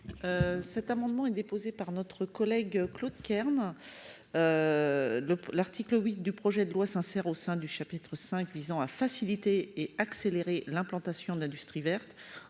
Cet amendement déposé par notre collègue Claude Kern. Le, l'article 8 du projet de loi sincère au sein du chapitre 5 visant à faciliter et accélérer l'implantation d'industries vertes